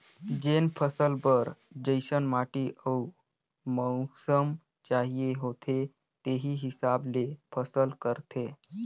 जेन फसल बर जइसन माटी अउ मउसम चाहिए होथे तेही हिसाब ले फसल करथे